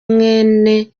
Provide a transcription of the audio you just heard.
mwene